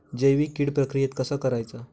जैविक कीड प्रक्रियेक कसा करायचा?